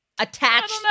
attached